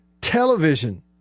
television